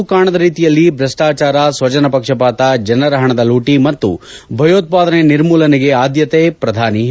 ಹಿಂದೆಂದೂ ಕಾಣದ ರೀತಿಯಲ್ಲಿ ಭ್ರಷ್ಟಾಚಾರ ಸ್ವಜನ ಪಕ್ಷಪಾತ ಜನರ ಹಣದ ಲೂಟಿ ಮತ್ತು ಭಯೋತ್ಪಾದನೆ ನಿರ್ಮೂಲನೆಗೆ ಆದ್ಲತೆ ಪ್ರಧಾನಿ ಹೇಳಿಕೆ